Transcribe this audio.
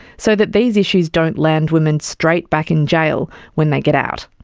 so that these issues don't land women straight back in jail when they get out.